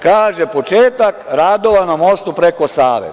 Kaže – početak radova na mostu preko Save.